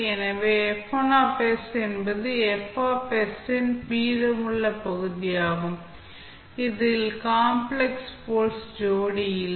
எனவே என்பது இன் மீதமுள்ள பகுதியாகும் இதில் காம்ப்ளக்ஸ் போல்ஸ் ஜோடிஇல்லை